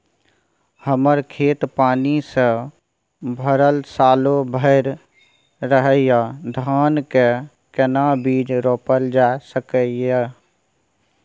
हमर खेत पानी से भरल सालो भैर रहैया, धान के केना बीज रोपल जा सकै ये?